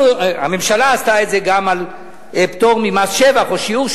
הממשלה עשתה את זה גם על פטור ממס שבח,